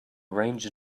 ranger